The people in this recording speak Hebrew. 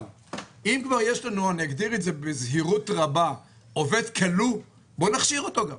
אם כבר יש לנו עובד "כלוא", בוא נכשיר אותו.